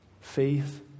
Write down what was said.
faith